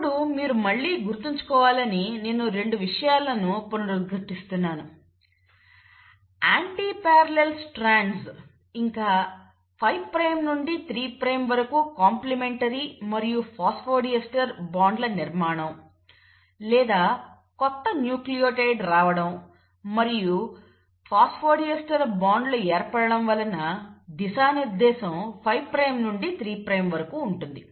ఇప్పుడు మీరు మళ్లీ గుర్తుంచుకోవాలని నేను 2 విషయాలను పునరుద్ఘాటిస్తున్నాను యాంటిప్యారలెల్ స్ట్రాండ్స్ ఇంకా 5 ప్రైమ్ నుండి 3 ప్రైమ్ వరకు కాంప్లిమెంటరీ మరియు ఫాస్ఫోడీస్టర్ బాండ్ల నిర్మాణం లేదా కొత్త న్యూక్లియోటైడ్ రావటం మరియు ఫాస్ఫోడీస్టర్ బాండ్ల ఏర్పడటం వలన దిశా నిర్దేశం 5 ప్రైమ్ నుండి 3 ప్రైమ్ వరకు ఉంటుంది